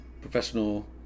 professional